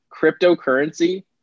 cryptocurrency